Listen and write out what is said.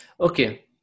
Okay